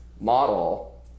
model